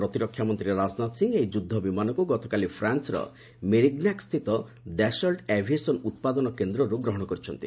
ପ୍ରତିରକ୍ଷା ମନ୍ତ୍ରୀ ରାଜନାଥ ସିଂହ ଏହି ଯୁଦ୍ଧ ବିମାନକୁ ଗତକାଲି ଫ୍ରାନ୍ୱର ମେରିଗ୍ନାକ୍ସ୍ଥିତ ଦାସଲ୍ଚ ଆଭିଏସନ୍ ଉତ୍ପାଦନ କେନ୍ଦ୍ରରୁ ଗ୍ରହଣ କରିଛନ୍ତି